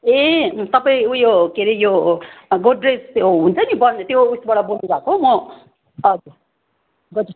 ए तपाईँ उयो के अरे यो गोदरेज हुन्छ बनाउने त्यो उसबाट बोल्नुभएको म गोदरेज